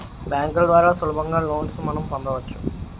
బ్యాంకుల ద్వారా సులభంగా లోన్స్ మనం పొందవచ్చు